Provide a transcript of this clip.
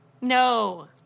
no